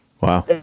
Wow